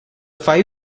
five